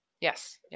Yes